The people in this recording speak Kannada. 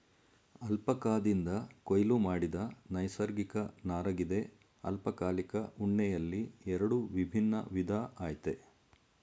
ಅಲ್ಪಕಾದಿಂದ ಕೊಯ್ಲು ಮಾಡಿದ ನೈಸರ್ಗಿಕ ನಾರಗಿದೆ ಅಲ್ಪಕಾಲಿಕ ಉಣ್ಣೆಯಲ್ಲಿ ಎರಡು ವಿಭಿನ್ನ ವಿಧ ಆಯ್ತೆ